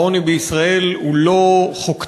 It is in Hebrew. העוני בישראל הוא לא חוק טבע,